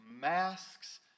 masks